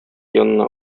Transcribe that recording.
янына